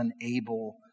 unable